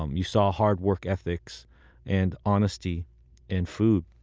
um you saw hard work ethics and honesty in food.